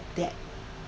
that